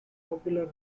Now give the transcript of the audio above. popular